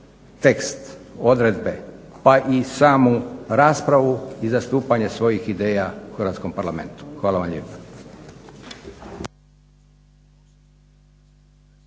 tekst odredbe pa i samu raspravu i zastupanje svojih ideja u Hrvatskom parlamentu. Hvala vam lijepa.